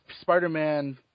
Spider-Man